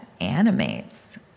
animates